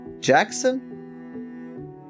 Jackson